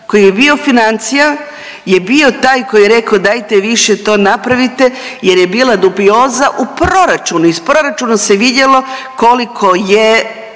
koji je bio financija je bio taj koji je rekao dajte više to napravite jer je bila dubioza u proračunu, iz proračuna se vidjelo koliko je